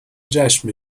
جشن